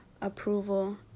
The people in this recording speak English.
approval